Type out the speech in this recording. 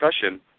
discussion